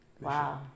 Wow